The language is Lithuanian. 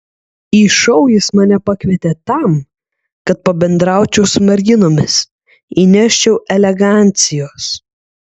į šou jis mane pakvietė tam kad pabendraučiau su merginomis įneščiau elegancijos